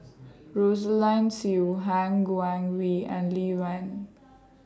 Rosaline Soon Han Guangwei and Lee Wen